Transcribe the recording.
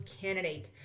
candidate